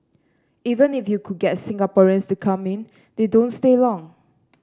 even if you could get Singaporeans to come in they don't stay long